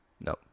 No